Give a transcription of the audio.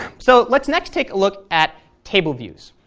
so let's next take a look at table views.